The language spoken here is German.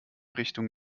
richtung